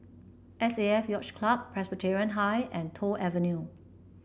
S A F Yacht Club Presbyterian High and Toh Avenue